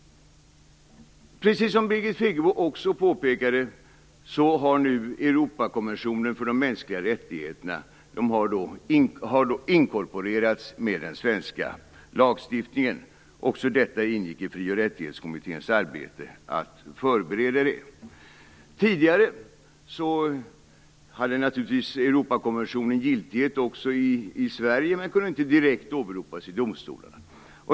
Precis som Birgit Friggebo också påpekade, har nu Europakonventionen om skydd för de mänskliga rättigheterna inkorporerats med den svenska lagstiftningen. Det ingick också i Fri och rättighetskommitténs arbete att förbereda detta. Europakonventionen hade naturligtvis giltighet i Sverige tidigare. Men den kunde inte direkt åberopas i domstolarna.